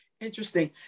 Interesting